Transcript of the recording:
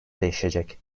değişecek